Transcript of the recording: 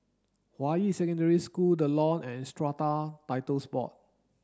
Hua Yi Secondary School The Lawn and Strata Titles Board